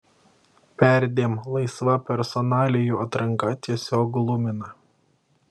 perdėm laisva personalijų atranka tiesiog glumina